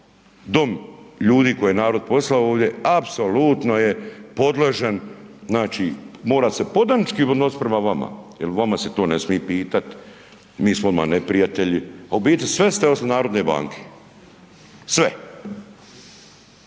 dom ljudi koje je narod poslao ovdje, apsolutno je podložen, znači mora se podanički odnosit prema vama jel vama se to ne smi pitat, mi smo odma neprijatelji, a u biti sve ste osim narodne banke, sve.